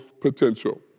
potential